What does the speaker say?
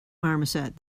marmoset